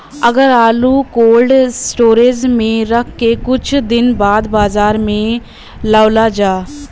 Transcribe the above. अगर आलू cold storage में रख के कुछ दिन बाद बाजार में लियावल जा?